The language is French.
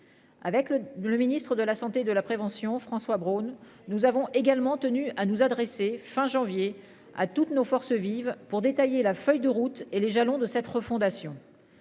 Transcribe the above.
Avec le le Ministre de la Santé de la prévention François Braun. Nous avons également tenu à nous adresser fin janvier à toutes nos forces vives pour détailler la feuille de route et les jalons de cette refondation.